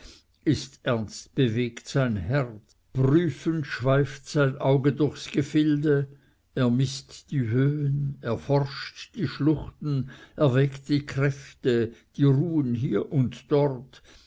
ist ernst bewegt sein herz prüfend schweift sein auge durchs gefilde ermißt die höhen erforscht die schluchten erwägt die kräfte die ruhen hier und dort